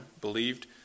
believed